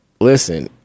Listen